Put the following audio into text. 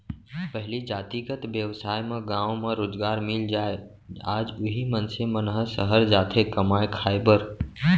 पहिली जातिगत बेवसाय म गाँव म रोजगार मिल जाय आज उही मनसे मन ह सहर जाथे कमाए खाए बर